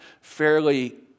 fairly